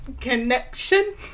connection